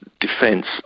defence